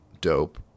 dope